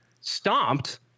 stomped